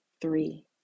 Three